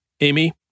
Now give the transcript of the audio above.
Amy